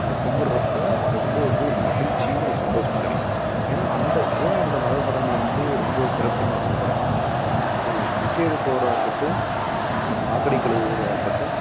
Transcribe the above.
அங்கே கும்புடுகிறப்ப ரொம்ப வந்து ஒரு மகிழ்ச்சியும் ஒரு சந்தோஷமும் கிடைக்கும் ஏன்னா அந்த ஏன் அந்த மத சடங்கு வந்து ரொம்ப சிறப்புன்னு நான் சொல்கிறேன்னா ஒரு பிச்சை எடுப்பவராக இருக்கட்டும் ஒரு சாக்கடை கழுவுவராக இருக்கட்டும்